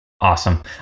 awesome